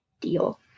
deal